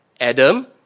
Adam